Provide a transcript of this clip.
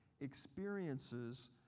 experiences